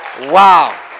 Wow